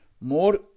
more